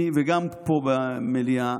וגם פה במליאה,